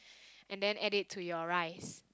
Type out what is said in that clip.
and then add it to your rice